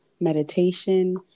meditation